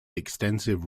extensive